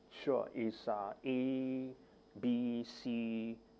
sure it's a A B C